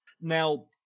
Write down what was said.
Now